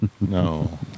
No